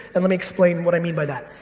and let me explain what i mean by that.